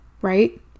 right